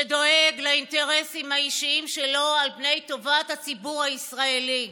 שדואג לאינטרסים האישיים שלו על פני טובת הציבור הישראלי,